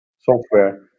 software